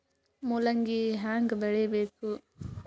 ಮೂಲಂಗಿ ಹ್ಯಾಂಗ ಬೆಳಿಬೇಕು?